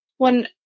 One